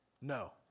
No